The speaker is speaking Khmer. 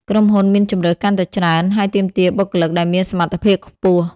ក្រុមហ៊ុនមានជម្រើសកាន់តែច្រើន ហើយទាមទារបុគ្គលិកដែលមានសមត្ថភាពខ្ពស់។